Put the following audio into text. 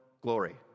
glory